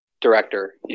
director